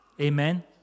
Amen